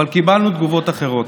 אבל קיבלנו תגובות אחרות.